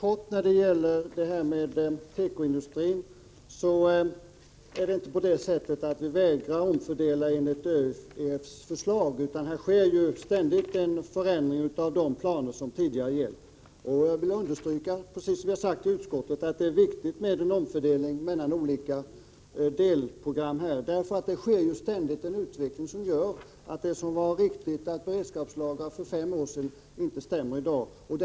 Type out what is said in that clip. Fru talman! Helt kort! När det gäller tekoindustrin är det inte så att vi vägrar att omfördela enligt ÖEF:s förslag. Här sker ständigt en förändring av de planer som tidigare gällt. Jag vill understryka att det — precis som vi har sagt i utskottet — är viktigt med en omfördelning mellan olika delprogram. Det sker ju en utveckling, och det som var riktigt att beredskapslagra för fem år sedan är inte riktigt att lagra i dag.